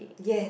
yes